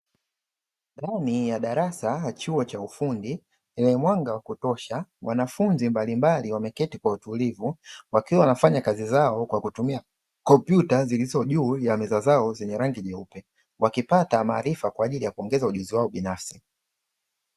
Ndani ya darasa ya chuo cha ufundi yenye mwanga wa kutosha, wanafunzi mbalimbali wameketi kwa utulivu, wakiwa wanafanya kazi zao kwa kutumia kompyuta zilizo juu ya meza zao zenye rangi nyeupe, wakipata maarifa kwa ajili ya kuongeza ujuzi wao binafsi.